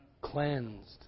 Cleansed